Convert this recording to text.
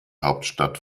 hauptstadt